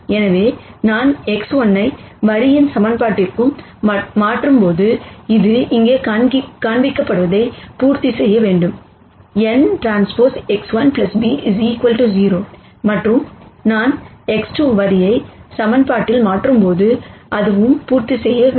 எனவே நான் X1 ஐ வரியின் சமன்பாட்டிற்கு மாற்றும்போது அது இங்கே காண்பிக்கப்படுவதை பூர்த்தி செய்ய வேண்டும் nTX1 b 0 மற்றும் நான் X2 ஐ வரி சமன்பாட்டில் மாற்றும்போது அதுவும் பூர்த்தி செய்ய வேண்டும்